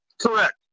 Correct